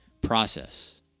process